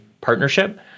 partnership